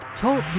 Talk